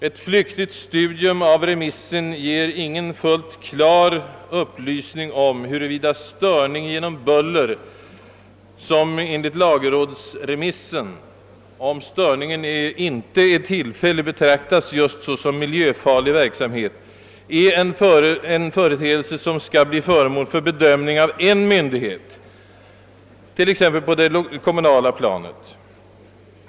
Ett flyktigt studium av remissen ger ingen klar upplysning om huruvida störning genom buller, som enligt lagrådsremissen betraktas — såvida störningen inte är tillfällig — såsom just miljöfarlig verksamhet, är en företeelse som skall bli föremål för bedömning av en myndighet på t.ex. det kommunala planet.